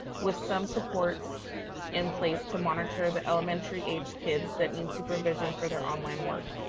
with some supports in place to monitor the elementary aged kids that need supervision for their online work.